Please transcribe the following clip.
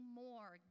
more